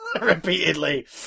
repeatedly